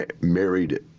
married